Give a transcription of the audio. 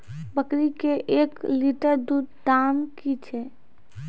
बकरी के एक लिटर दूध दाम कि छ?